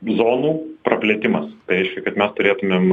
zonų praplėtimas reiškia kad mes turėtumėm